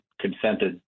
consented